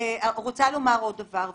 רוצה לומר עוד דבר אחרון.